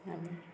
आनी